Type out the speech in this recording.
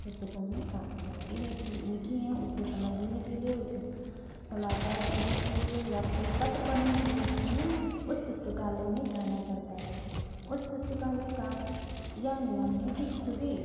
पुस्तकों को आती जाती रहती लिखी है उसे समझने के लिए उसे समाचार पढ़ने के लिए या कोई पत्र पढ़ने के लिए हमें उस पुस्तकालय में जाना पड़ता है उस पुस्तकालय का यह नियम है कि सुबह